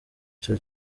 ico